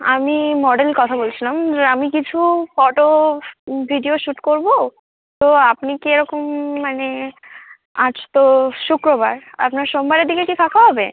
আমি মডেল কথা বলছিলাম আমি কিছু ফটো ভিডিও শুট করবো তো আপনি কেরকম মানে আজ তো শুক্রবার আপনার সোমবারের দিকে কি ফাঁকা হবে